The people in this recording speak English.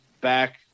back